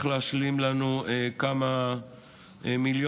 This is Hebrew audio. שעדיין צריך להשלים לנו כמה מיליונים,